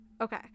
okay